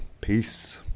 Peace